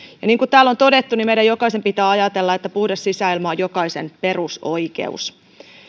niin kuin täällä on todettu meidän jokaisen pitää ajatella että puhdas sisäilma on jokaisen perusoikeus